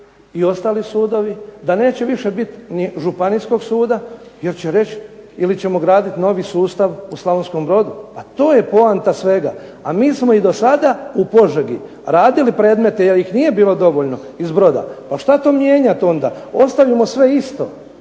i ostali sudovi, da neće više biti ni županijskog suda jer će reći ili ćemo gradit novi sustav u Slavonskom brodu. To je poanta svega. A mi smo i do sada u Požegi radili predmete, jer ih nije bilo dovoljno iz Broda. Pa šta to mijenjati onda? Ostavimo sve isto.